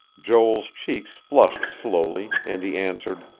joel's cheeks flushed slowly, and he answered